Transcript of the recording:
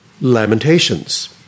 Lamentations